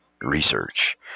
research